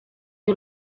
you